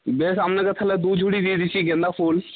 বেশ আপনাকে তাহলে দুঝুড়ি দিয়ে দিচ্ছি গাঁদা ফুল